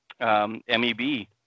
MEB